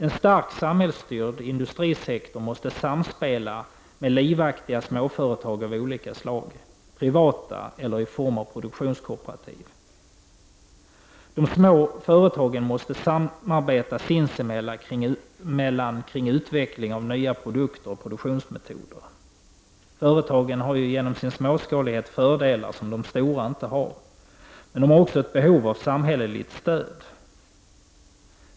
En stark samhällsstyrd industrisektor måste samspela med livaktiga småföretag av olika slag, privata eller i form av produktionskooperativ. De små företagen måste samarbeta sinsemellan kring utveckling av nya produkter och produktionsmetoder, Företagen har ju genom sin småskalighet fördelar som de stora inte har, Men de har också ett behov av samhälleligt stöd.